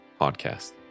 podcast